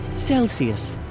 celsius,